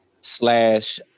slash